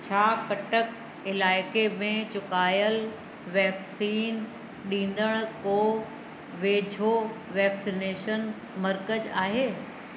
छा कटक इलाइक़े में चुकायल वैक्सीन ॾींदड़ु को वेझो वैक्सीनेशन मर्कज़ आहे